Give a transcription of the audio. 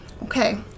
Okay